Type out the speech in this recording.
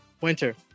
Winter